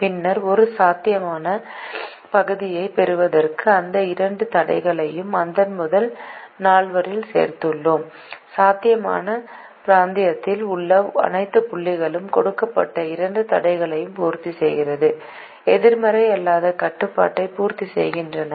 பின்னர் ஒரு சாத்தியமான பகுதியைப் பெறுவதற்கு அந்த இரண்டு தடைகளையும் அந்த முதல் நால்வரில் சேர்த்துள்ளோம் சாத்தியமான பிராந்தியத்தில் உள்ள அனைத்து புள்ளிகளும் கொடுக்கப்பட்ட இரண்டு தடைகளையும் பூர்த்திசெய்து எதிர்மறை அல்லாத கட்டுப்பாட்டை பூர்த்தி செய்கின்றன